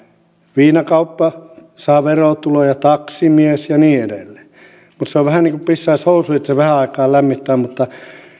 viinakauppa saa verotuloja taksimies ja niin edelleen mutta se on vähän niin kuin pissaisi housuun että se vähän aikaa lämmittää mutta